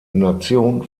nation